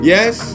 Yes